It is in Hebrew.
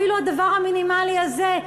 אפילו הדבר המינימלי הזה,